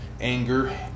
anger